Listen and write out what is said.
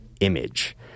image